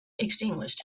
extinguished